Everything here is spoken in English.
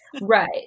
Right